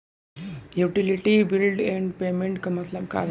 Utility bills and payments क मतलब का बा?